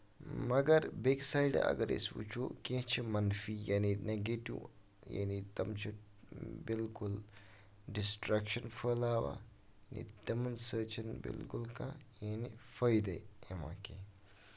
مَگر بیٚیہِ کہِ سایڈٕ اَگر أسۍ وٕچھو کیٚنہہ چھِ مَنفی یعنی نیگیٹو یعنی تِم چھِ بِلکُل ڈِسٹریکشن پھہلاوان یا تِمَن سۭتۍ چھُنہٕ بِلکُل کانہہ یعنی فٲیدے یِوان کیٚنٛہہ